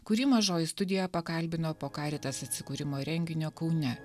kurį mažoji studija pakalbino po karitas atsikūrimo renginio kaune